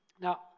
Now